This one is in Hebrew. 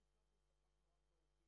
סיעות.